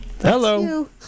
hello